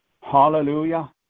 Hallelujah